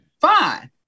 Fine